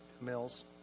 mills